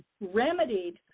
remedied